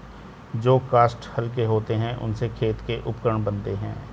जो काष्ठ हल्के होते हैं, उनसे खेल के उपकरण बनते हैं